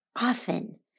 Often